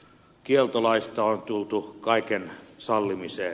kieltolaista on tultu kaiken sallimiseen